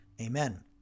Amen